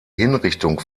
hinrichtung